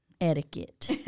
etiquette